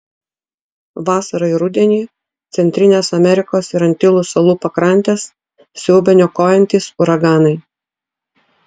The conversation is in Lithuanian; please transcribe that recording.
vasarą ir rudenį centrinės amerikos ir antilų salų pakrantes siaubia niokojantys uraganai